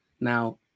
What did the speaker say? Now